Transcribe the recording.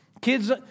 kids